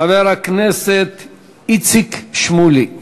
חבר הכנסת איציק שמולי.